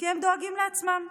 כי הם דואגים לעצמם,